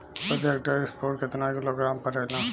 प्रति हेक्टेयर स्फूर केतना किलोग्राम परेला?